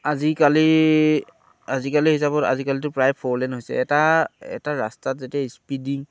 আজিকালি আজিকালি হিচাপত আজিকালিতো প্ৰায় ফ'ৰ লেন হৈছে এটা এটা ৰাস্তাত যেতিয়া স্পিডিং